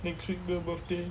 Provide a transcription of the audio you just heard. then click belle birthday